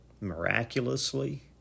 miraculously